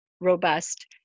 robust